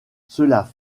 cela